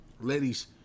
Ladies